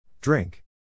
Drink